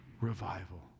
revival